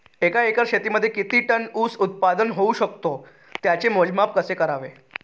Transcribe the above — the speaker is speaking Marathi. एका एकर शेतीमध्ये किती टन ऊस उत्पादन होऊ शकतो? त्याचे मोजमाप कसे करावे?